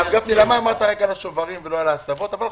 סדר היום